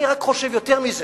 אני חושב יותר מזה.